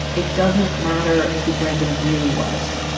it doesn't matter who brandon really was.